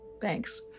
thanks